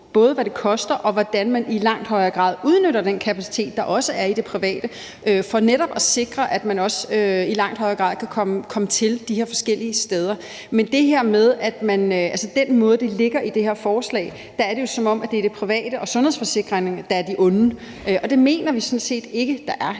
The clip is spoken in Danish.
både hvad det koster, og hvordan man i langt højere grad udnytter den kapacitet, der også er i det private, for netop at sikre, at man i langt højere grad kan komme til de her forskellige steder. Men med den måde, som det ligger i det her forslag på, er det jo, som om det er det private og sundhedsforsikringer, der er det onde – og det mener vi sådan set ikke det er.